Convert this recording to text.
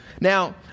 Now